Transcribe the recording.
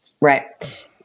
Right